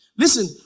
Listen